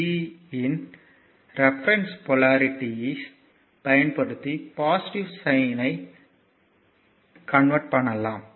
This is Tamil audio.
p இன் ரெபெரென்ஸ் போலாரிட்டிஸ் பயன்படுத்தி பாசிட்டிவ் சைன் ஐ கன்வெர்ட் பண்ணலாம்